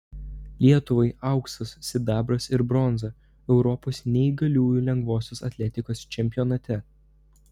lietuvai auksas sidabras ir bronza europos neįgaliųjų lengvosios atletikos čempionate